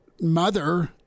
mother